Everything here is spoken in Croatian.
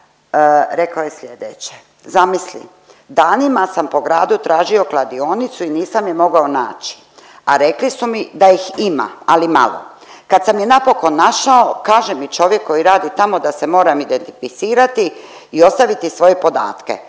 rekao je sljedeće: „Zamisli danima sam po gradio tražio kladionicu i nisam je mogao naći, a rekli su mi da ih ima ali malo. Kad sam je napokon našao kaže mi čovjek koji radi tamo da se moram identificirati i ostaviti svoje podatke.